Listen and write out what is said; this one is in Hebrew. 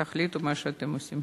תחליטו מה אתם רוצים.